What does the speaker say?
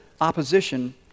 opposition